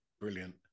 Brilliant